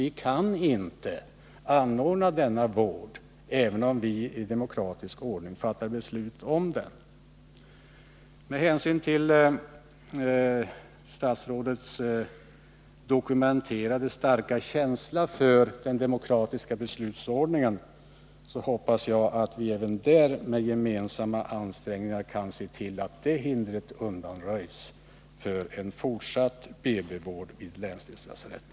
Vi kan inte anordna denna vård, även om vi i demokratisk ordning fattar beslut om den. Med hänsyn till statsrådets dokumenterade starka känsla för den demokratiska beslutsordningen hoppas jag att vi med gemensamma ansträngningar kan se till att även det hindret undanröjs när det gäller en fortsatt BB-vård vid länsdelslasaretten.